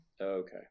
okay